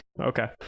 Okay